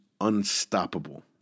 unstoppable